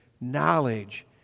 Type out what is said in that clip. knowledge